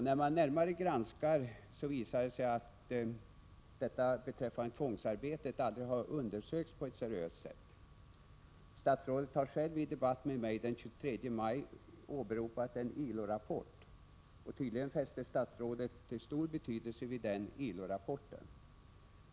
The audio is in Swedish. När man granskar saken visar det sig att detta med tvångsarbetet aldrig undersökts på ett seriöst sett. Statsrådet har själv den 23 maj åberopat en ILO-rapport. Tydligen fäste statsrådet stor betydelse vid den.